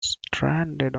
stranded